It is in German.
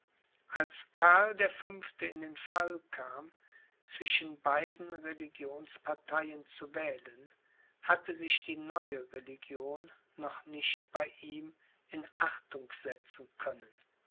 als karl der fünfte in den fall kam zwischen beiden religionsparteien zu wählen hatte sich die neue religion noch nicht bei ihm in achtung setzen können